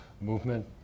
movement